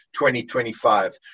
2025